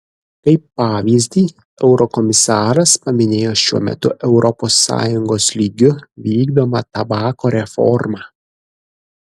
kaip pavyzdį eurokomisaras paminėjo šiuo metu europos sąjungos lygiu vykdomą tabako reformą